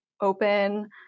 open